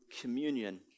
communion